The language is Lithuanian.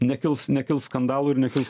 nekils nekils skandalų ir nekils